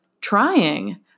trying